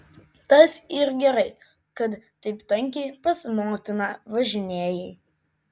tas yr gerai kad taip tankiai pas motiną važinėjai